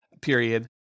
period